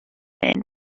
and